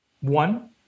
one